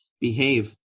behave